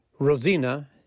Rosina